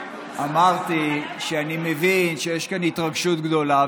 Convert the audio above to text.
אמרתי שאני מבין שיש כאן התרגשות גדולה,